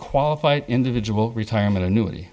qualified individual retirement annuity